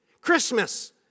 Christmas